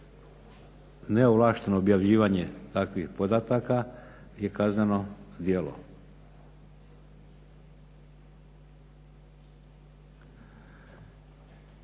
neovlaštenog, objavljivanje tih podataka je kazneno djelo